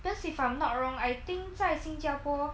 because if I'm not wrong I think 在新加坡